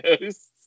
ghosts